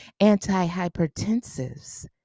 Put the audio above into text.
antihypertensives